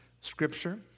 Scripture